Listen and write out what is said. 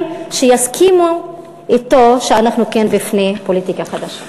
שיסכימו אתו שאנחנו כן בפני פוליטיקה חדשה.